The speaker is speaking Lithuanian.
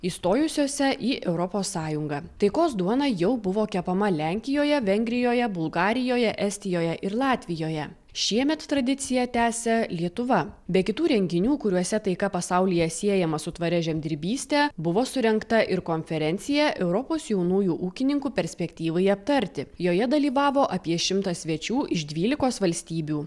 įstojusiose į europos sąjungą taikos duona jau buvo kepama lenkijoje vengrijoje bulgarijoje estijoje ir latvijoje šiemet tradiciją tęsia lietuva be kitų renginių kuriuose taika pasaulyje siejama su tvaria žemdirbyste buvo surengta ir konferencija europos jaunųjų ūkininkų perspektyvai aptarti joje dalyvavo apie šimtą svečių iš dvylikos valstybių